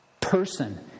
person